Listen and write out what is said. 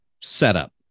setup